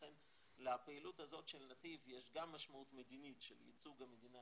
לכן לפעילות הזאת של נתיב יש גם משמעות מדינית של ייצוג המדינה